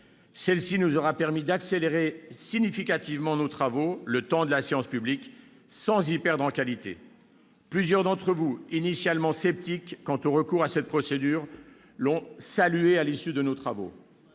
Celle-ci nous aura permis d'accélérer significativement nos travaux en séance publique sans que le débat perde en qualité. Plusieurs d'entre vous, initialement sceptiques quant au recours à cette procédure, l'ont saluée à l'issue de nos travaux.